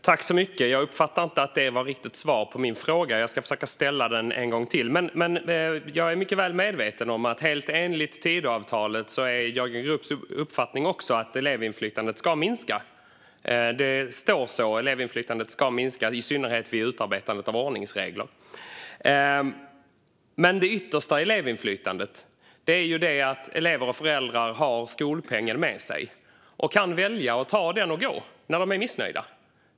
Fru talman! Jag uppfattar inte att jag riktigt fick svar på min fråga. Jag ska försöka ställa den en gång till. Jag är mycket väl medveten om att helt enligt Tidöavtalet är det också Jörgen Grubbs uppfattning att elevinflytandet ska minska. Där står att elevinflytandet ska minska, i synnerhet vid utarbetandet av ordningsregler. Men det yttersta elevinflytandet är att elever och föräldrar har skolpengen med sig och kan välja att ta den och gå när de är missnöjda.